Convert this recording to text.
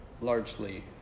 largely